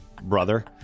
brother